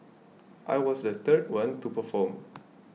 I was the third one to perform